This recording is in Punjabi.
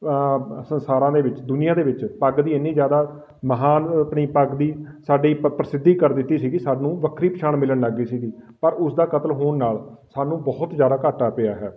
ਸੰਸਾਰਾਂ ਦੇ ਵਿੱਚ ਦੁਨੀਆ ਦੇ ਵਿੱਚ ਪੱਗ ਦੀ ਇੰਨੀ ਜ਼ਿਆਦਾ ਮਹਾਨ ਆਪਣੀ ਪੱਗ ਦੀ ਸਾਡੀ ਪ ਪ੍ਰਸਿੱਧੀ ਕਰ ਦਿੱਤੀ ਸੀਗੀ ਸਾਨੂੰ ਵੱਖਰੀ ਪਛਾਣ ਮਿਲਣ ਲੱਗ ਗਈ ਸੀਗੀ ਪਰ ਉਸ ਦਾ ਕਤਲ ਹੋਣ ਨਾਲ ਸਾਨੂੰ ਬਹੁਤ ਜ਼ਿਆਦਾ ਘਾਟਾ ਪਿਆ ਹੈ